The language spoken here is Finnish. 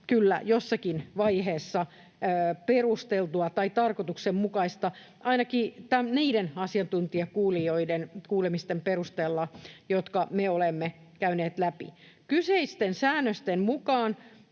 jossakin vaiheessa perusteltua tai tarkoituksenmukaista — ainakin niiden asiantuntijakuulemisten perusteella, jotka me olemme käyneet läpi. Kyseisten säännösten mukaan